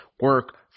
Work